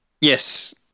yes